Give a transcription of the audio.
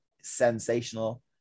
sensational